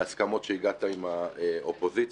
להסכמות שהגעת עם האופוזיציה,